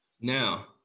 Now